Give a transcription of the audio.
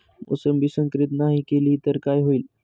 मोसंबी संकरित नाही केली तर काय होईल?